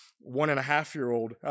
one-and-a-half-year-old